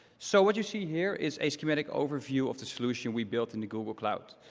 so what you see here is a schematic overview of the solution we built into google cloud.